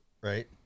right